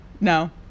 No